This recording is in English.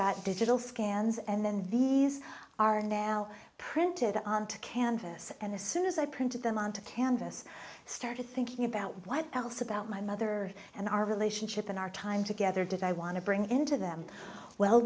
got digital scans and these are now printed on to canvas and as soon as i printed them on to canvas started thinking about what else about my mother and our relationship and our time together did i want to bring into them well